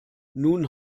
nun